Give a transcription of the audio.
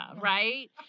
right